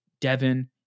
Devin